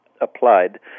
applied